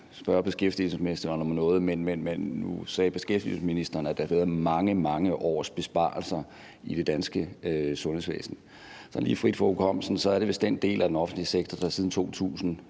spørge beskæftigelsesministeren om noget, men nu sagde beskæftigelsesministeren, at der havde været mange, mange år med besparelser i det danske sundhedsvæsen. Men frit fra hukommelsen er det vist den del af den offentlige sektor, der siden 2000